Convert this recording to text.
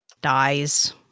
dies